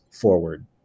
forward